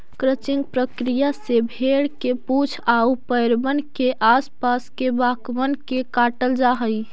crutching प्रक्रिया से भेंड़ के पूछ आउ पैरबन के आस पास के बाकबन के काटल जा हई